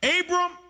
Abram